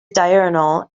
diurnal